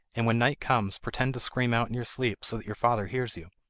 and when night comes, pretend to scream out in your sleep, so that your father hears you.